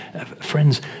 Friends